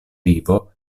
vivo